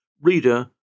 Reader